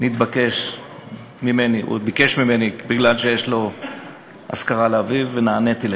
ביקש ממני, מכיוון שיש אזכרה לאביו, ונעניתי.